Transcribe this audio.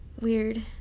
weird